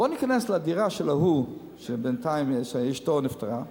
בוא ניכנס לדירה של האדם שבינתיים אשתו נפטרה,